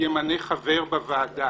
ימנה חבר בוועדה.